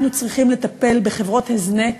אנחנו צריכים לטפל בחברות הזנק